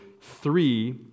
three